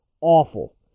Awful